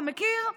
מכיר?